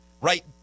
right